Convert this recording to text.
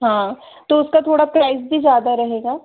हाँ तो उसका थोड़ा प्राइस भी ज़्यादा रहेगा